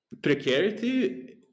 precarity